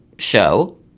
show